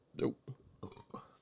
Nope